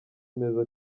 meza